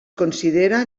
considera